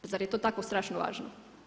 Pa zar je to tako strašno važno?